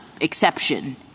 exception